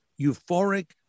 euphoric